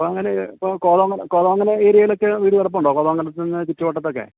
അപ്പോഴങ്ങനെ കോതമംഗലം കോതമംഗലം ഏരിയയിലൊക്കെ വീടു കിടപ്പുണ്ടോ കോതമംഗലത്തിനു ചുറ്റുവട്ടത്തൊക്കെ